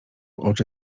oczy